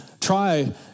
try